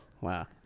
Wow